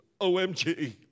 OMG